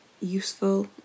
useful